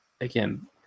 Again